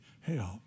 help